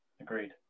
Agreed